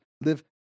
live